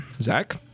Zach